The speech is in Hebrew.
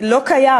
לא קיים.